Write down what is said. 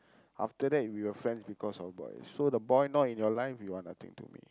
after that we were friends because of boy so the boy not in our life you are nothing to me